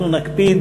אנחנו נקפיד,